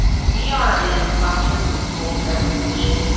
we are in classrooms and schools every week.